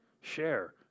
Share